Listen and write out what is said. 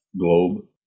globe